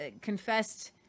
confessed